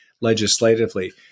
legislatively